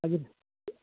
मागीर